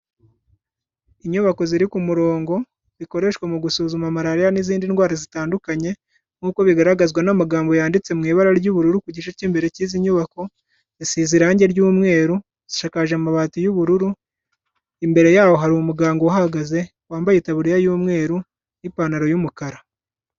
Inyubako ziri ku murongo zikoreshwa mu gusuzuma Malariya n'izindi ndwara zitandukanye nk'uko bigaragazwa n'amagambo yanditse mu ibara ry'ubururu ku gice cy'imbere cy'izi nyubako, zisize irange ry'umweru, zisakaje amabati y'ubururu, imbere y'aho hari umuganga uhahagaze, wambaye itaburiya y'umweru n'ipantaro y'umukara.